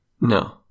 No